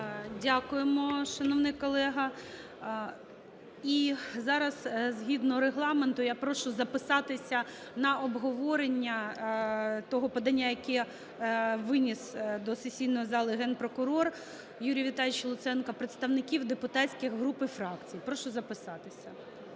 Дякуємо, шановний колего. І зараз згідно Регламенту я прошу записатися на обговорення того подання, яке виніс до сесійної зали Генпрокурор Юрій Віталійович Луценко, представників депутатських груп і фракцій. Прошу записатися.